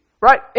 right